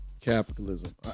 capitalism